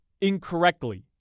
incorrectly